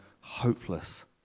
hopeless